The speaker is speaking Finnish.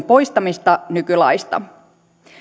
poistamista nykylaista